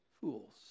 fools